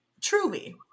truly